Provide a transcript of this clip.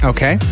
Okay